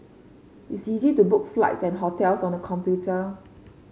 it is easy to book flights and hotels on the computer